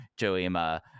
Joima